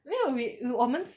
因为 we 我们